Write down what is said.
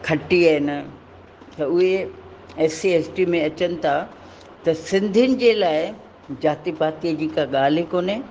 खट्टी आहिनि त उहे एस सी एस टी में अचनि था त सिंधियुनि जे लाइ जाति पातीअ जी का ॻाल्हि ई कोने